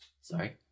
Sorry